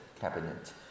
cabinet